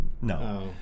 no